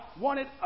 wanted